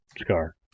scar